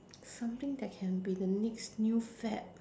something that can be the next new fad